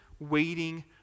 waiting